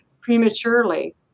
prematurely